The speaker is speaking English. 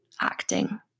acting